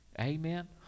Amen